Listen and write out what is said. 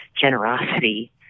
generosity